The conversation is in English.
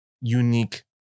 unique